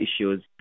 issues